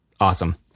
Awesome